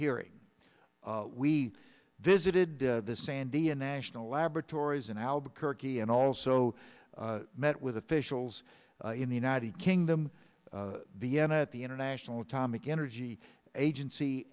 hearings we visited the sandia national laboratories in albuquerque and also met with officials in the united kingdom vienna at the international atomic energy agency